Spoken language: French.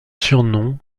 surnoms